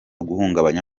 guhungabanya